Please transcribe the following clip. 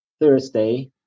Thursday